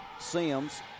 Sims